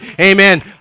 amen